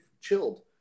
chilled